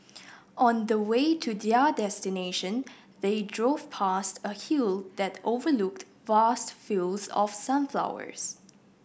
on the way to their destination they drove past a hill that overlooked vast fields of sunflowers